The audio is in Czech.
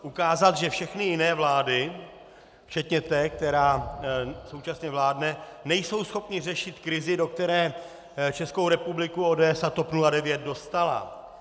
Ukázat, že všechny jiné vlády včetně té, která současně vládne, nejsou schopny řešit krizi, do které Českou republiku ODS a TOP 09 dostala.